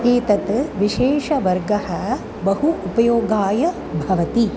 एतत् विशेषवर्गः बहु उपयोगाय भवति